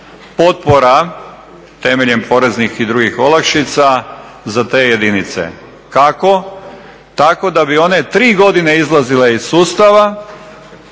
potpora temeljem poreznih i drugih olakšica za te jedinice. Kako, tako da bi one tri godine izlazile iz sustava